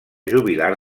jubilar